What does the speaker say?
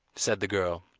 said the girl.